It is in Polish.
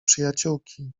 przyjaciółki